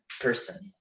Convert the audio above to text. person